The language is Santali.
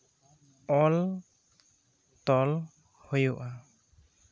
ᱚᱞᱼᱛᱚᱞ ᱦᱩᱭᱩᱜᱼᱟ